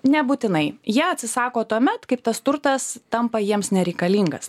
nebūtinai ją atsisako tuomet kaip tas turtas tampa jiems nereikalingas